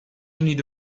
need